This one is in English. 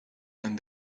and